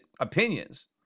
opinions